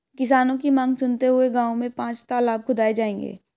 किसानों की मांग सुनते हुए गांव में पांच तलाब खुदाऐ जाएंगे